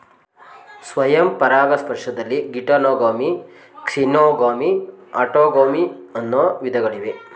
ಸ್ವಯಂ ಪರಾಗಸ್ಪರ್ಶದಲ್ಲಿ geitonogamy, xenogamy, autogamy ಅನ್ನೂ ವಿಧಗಳಿವೆ